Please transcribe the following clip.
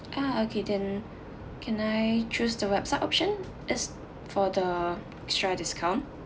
ah okay then can I choose the website option yes for the extra discount